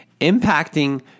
impacting